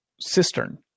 cistern